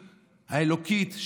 האלוקית,